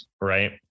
Right